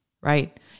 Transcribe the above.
right